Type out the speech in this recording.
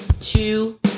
two